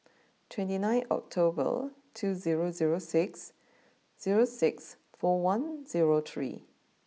twenty nine October two zero zero six zero six four one zero three